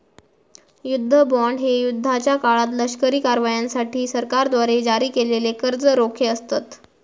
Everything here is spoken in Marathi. युद्ध बॉण्ड हे युद्धाच्या काळात लष्करी कारवायांसाठी सरकारद्वारे जारी केलेले कर्ज रोखे असतत